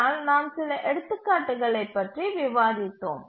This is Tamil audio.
ஆனால் நாம் சில எடுத்துக்காட்டுகளைப் பற்றி விவாதித்தோம்